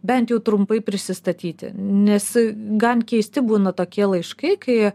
bent jau trumpai prisistatyti nes gan keisti būna tokie laiškai kai